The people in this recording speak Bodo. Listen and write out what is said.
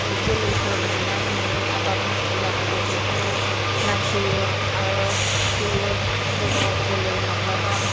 जोलैफोर मोननाय मोनै आबाद नस्थ' जानाय बेफोरखौ नायफैयो होफैयो बेगर जोलै माब्लाबा